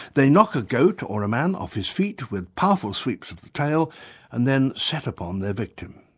they knock a goat or a man off his feet with powerful sweeps of the tail and then set upon their victim.